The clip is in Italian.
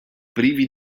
privi